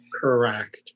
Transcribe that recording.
Correct